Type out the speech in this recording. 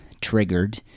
triggered